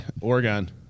Oregon